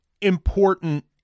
important